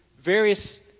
various